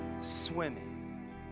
swimming